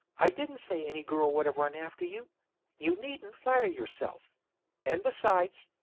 i didn't say any girl would have run after you you needn't flatter yourself and besides,